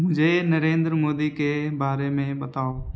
مجھے نریندر مودی کے بارے میں بتاؤ